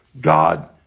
God